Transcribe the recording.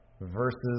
versus